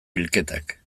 bilketak